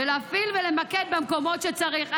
ולהפעיל ולמקד במקומות שצריך.